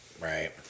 Right